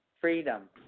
freedom